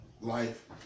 Life